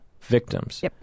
victims